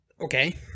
Okay